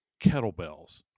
kettlebells